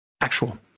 actual